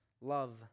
love